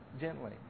gently